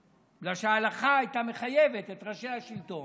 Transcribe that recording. בגלל שההלכה הייתה מחייבת את ראשי השלטון,